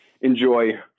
enjoy